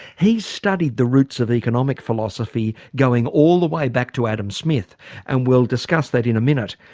he's studied the roots of economic philosophy going all the way back to adam smith and we'll discuss that in a minute.